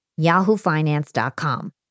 yahoofinance.com